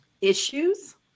issues